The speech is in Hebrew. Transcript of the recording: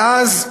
ואז,